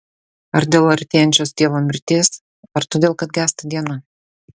ar dėl artėjančios tėvo mirties ar todėl kad gęsta diena